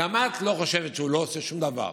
גם את לא חושבת שהוא לא עושה שום דבר.